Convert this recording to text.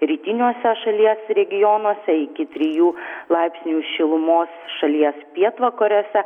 rytiniuose šalies regionuose iki trijų laipsnių šilumos šalies pietvakariuose